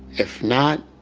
if not,